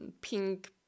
pink